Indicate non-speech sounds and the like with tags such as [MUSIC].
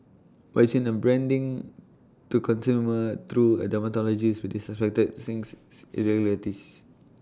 but it's in the branding to consumer through A dermatologist with suspected since [UNINTELLIGIBLE] irregularities